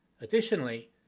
Additionally